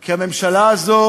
כי הממשלה הזו